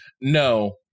no